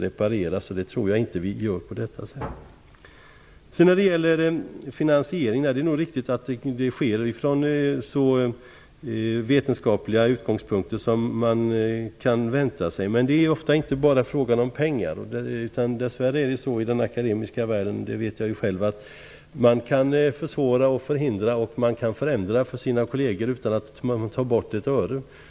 Jag tror inte att vi gör det på detta sätt. Det är nog riktigt att finansieringen sker från så vetenskapliga utgångspunkter som man kan vänta sig, men det är ofta inte bara en fråga om pengar. Dess värre är de så i den akademiska världen, det vet jag själv, att man kan försvåra, förhindra och förändra för sina kolleger utan att man tar bort ett öre.